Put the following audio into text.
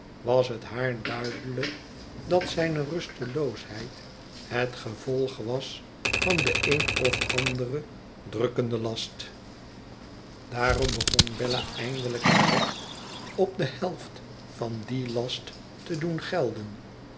was het haar duidelijk dat zijne rusteloosheid het gevolg was van den een of anderen drukkenden last daarom begon bella eindelijk haar recht op de helft van dien last te doen gelden